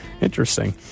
Interesting